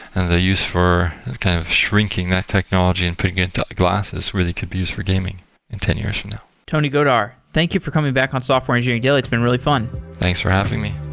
the use for kind of shrinking that technology and putting it into glasses where they could be used for gaming in ten years from now tony godar, thank you for coming back on software engineering daily. it's been really fun thanks for having me